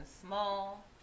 small